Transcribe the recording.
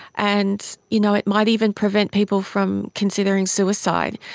and you know it might even prevent people from considering suicide.